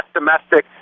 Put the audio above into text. domestic